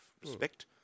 respect